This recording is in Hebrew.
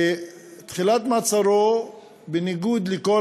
בתחילת מעצרו, בניגוד לכל